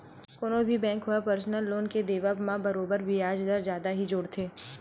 कोनो भी बेंक होवय परसनल लोन के देवब म बरोबर बियाज दर जादा ही जोड़थे